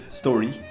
story